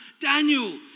Daniel